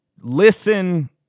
listen